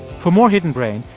for more hidden brain,